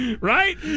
Right